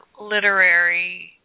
literary